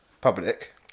public